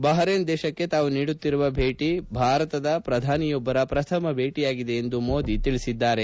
Bahrain ದೇಶಕ್ಕೆ ತಾವು ನೀಡುತ್ತಿರುವ ಭೇಟಿ ಭಾರತದ ಪ್ರಧಾನಿಯೊಬ್ದರ ಪ್ರಥಮ ಭೇಟಿಯಾಗಿದೆ ಎಂದು ಮೋದಿ ತಿಳಿಸಿದ್ದಾರೆ